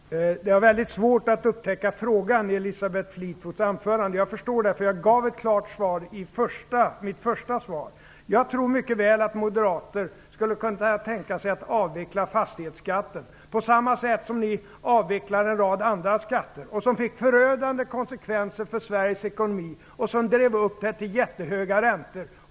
Fru talman! Det var väldigt svårt att upptäcka frågan i Elisabeth Fleetwoods andra inlägg. Jag förstår det. Jag gav ju ett klart svar i mitt första inlägg. Jag tror mycket väl att ni moderater skulle kunna tänka er att avveckla fastighetsskatten på samma sätt som ni avvecklat en rad andra skatter, vilket fick förödande konsekvenser för Sveriges ekonomi och drev upp jättehöga räntor.